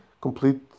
complete